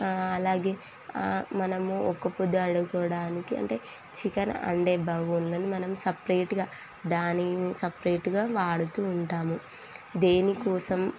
అలాగే మనము ఒక్క పొద్దు వాడుకోవడానికి అంటే చికెన్ అండే బౌల్ మనం సప్రేట్గా దానికి సప్రేట్గా వాడుతూ ఉంటాము దేనికోసం